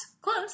close